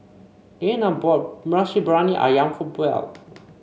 Leaner bought Nasi Briyani ayam for Buell